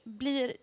blir